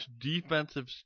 defensive